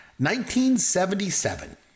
1977